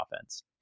offense